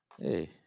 Hey